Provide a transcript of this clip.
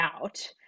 out